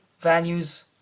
values